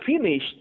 finished